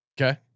Okay